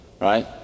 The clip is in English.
right